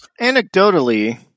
Anecdotally